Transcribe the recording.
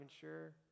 sure